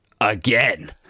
Again